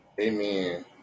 Amen